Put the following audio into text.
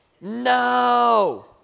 No